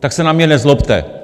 tak se na mě nezlobte.